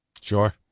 sure